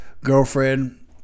Girlfriend